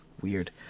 Weird